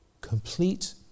Complete